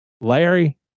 Larry